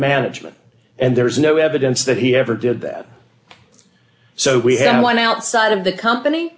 management and there's no evidence that he ever did that so we have no one outside of the company